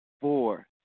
four